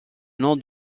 nom